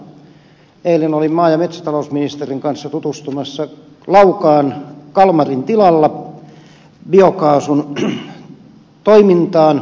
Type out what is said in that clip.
eilen olin maa ja metsätalousministerin kanssa tutustumassa laukaan kalmarin tilalla biokaasun toimintaan